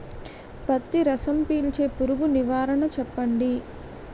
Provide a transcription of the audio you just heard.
పత్తి రసం పీల్చే పురుగు నివారణ చెప్పండి?